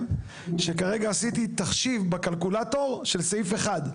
שכרגע עשיתי תחשיב בקלקולטור של סעיף 1,